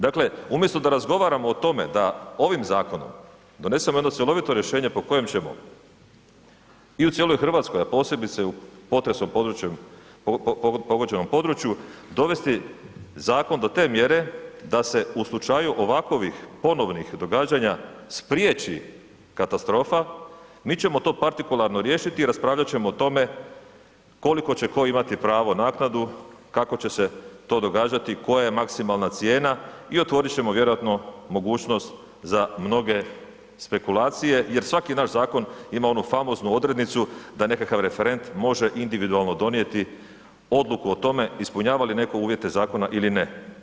Dakle, umjesto da razgovaramo o tome da ovim zakonom donesemo jedno cjelovito rješenje po kojem ćemo i u cijeloj Hrvatskoj, a posebice u potresu pogođenom području dovesti zakon do te mjere da se u slučaju ovakovih ponovnih događanja spriječi katastrofa, mi ćemo to partikularno riješiti i raspravljat ćemo o tome koliko će tko imati pravo naknadu, kako će se to događati i koja je maksimalna cijena i otvorit ćemo vjerojatno mogućnost za mnoge spekulacije jer svaki naš zakon ima onu famoznu odrednicu da nekakav referent može individualno donijeti odluku o tome ispunjava li neko uvjete zakona ili ne.